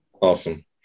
Awesome